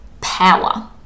power